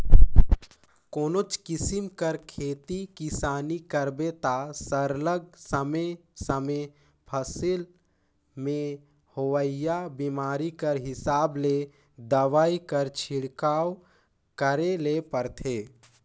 कोनोच किसिम कर खेती किसानी करबे ता सरलग समे समे फसिल में होवइया बेमारी कर हिसाब ले दवई कर छिड़काव करे ले परथे